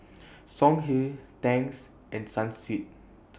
Songhe Tangs and Sunsweet